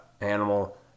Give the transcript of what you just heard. animal